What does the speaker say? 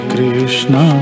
Krishna